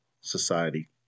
society